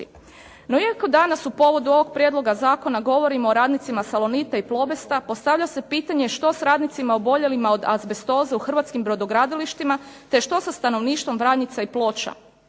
No iako danas u povodu ovog prijedloga zakona govorimo o radnicima "Salonita" i "Plobesta", postavlja se pitanje što s radnicima oboljelima od azbestoze u hrvatskim brodogradilištima, te što sa stanovništvom Vranica i Ploča.